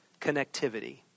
connectivity